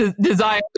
Desire